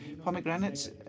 pomegranates